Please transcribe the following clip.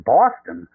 Boston